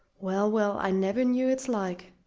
well, well, i never knew its like!